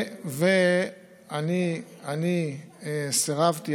אני סירבתי.